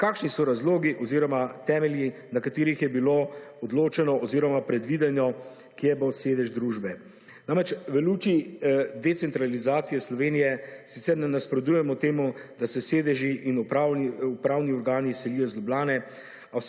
kakšni so razlogi oziroma temelji, na katerih je bilo odločeno oziroma predvideno kje bo sedež družbe? Namreč v luči decentralizacije Slovenije sicer ne nasprotujemo temu, da se sedeži in upravni organi selijo iz Ljubljane,